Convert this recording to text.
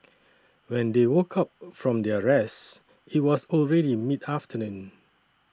when they woke up from their rest it was already mid afternoon